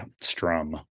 strum